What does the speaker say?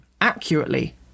accurately